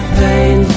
pain